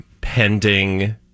pending